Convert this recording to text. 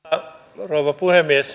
arvoisa rouva puhemies